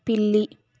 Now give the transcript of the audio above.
పిల్లి